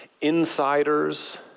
insiders